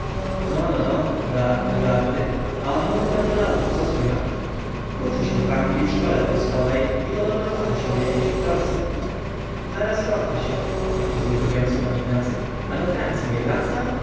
no no żarty żarty a o małym napoleonku co słychać uczy się w anglii w szkole wojskowej i podobno kocha się w jakiejś aktorce zaraz kocha się powtórzył drwiąco pan ignacy a do francyi nie wraca